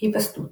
היווסדות